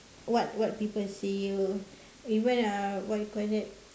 what what people say you know even uh what you call that